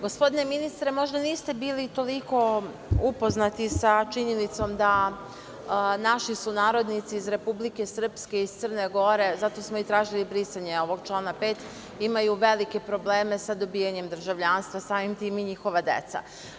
Gospodine ministre, možda niste bili toliko upoznati sa činjenicom da naši sunarodnici iz Republike Srpske i iz Crne Gore, zato smo i tražili brisanje ovog člana 5, imaju velike probleme sa dobijanjem državljanstva, samim tim i njihova deca.